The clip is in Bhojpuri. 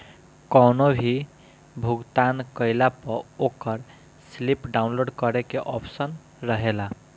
कवनो भी भुगतान कईला पअ ओकर स्लिप डाउनलोड करे के आप्शन रहेला